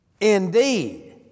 Indeed